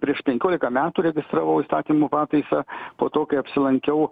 prieš penkiolika metų registravau įstatymo pataisą po to kai apsilankiau